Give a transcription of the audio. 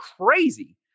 crazy